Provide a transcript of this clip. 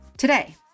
Today